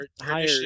higher